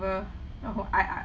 know I I